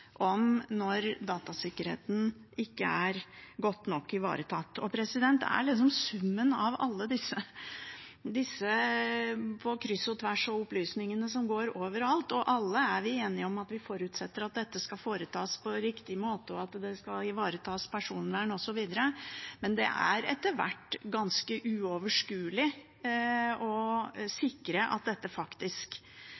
når datasikkerheten ikke er godt nok ivaretatt. Det har å gjøre med summen av alle disse opplysningene som går på kryss og tvers og overalt. Vi er alle enige om at vi forutsetter at dette skal foretas på riktig måte, og at personvernet skal ivaretas osv., men det er etter hvert ganske uoverskuelig å